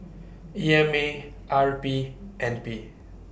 E M A R P N P